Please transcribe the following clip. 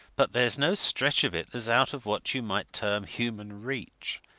but there's no stretch of it that's out of what you might term human reach.